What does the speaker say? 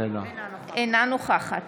אינה נוכחת